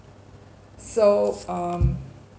so um